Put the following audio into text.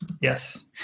yes